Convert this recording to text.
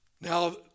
Now